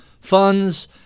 funds